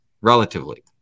relatively